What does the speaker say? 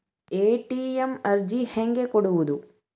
ATM ಅರ್ಜಿ ಹೆಂಗೆ ಕೊಡುವುದು?